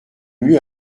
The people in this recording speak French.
mieux